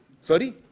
Sorry